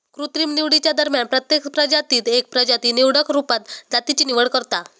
कृत्रिम निवडीच्या दरम्यान प्रत्येक प्रजातीत एक प्रजाती निवडक रुपात जातीची निवड करता